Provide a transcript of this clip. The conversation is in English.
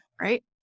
right